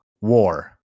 war